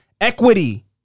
equity